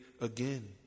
again